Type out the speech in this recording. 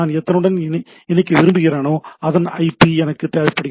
நான் எதனுடன் இணைக்க விரும்புகிறேனோ அதன் ஐபி எனக்கு தேவைப்படுகிறது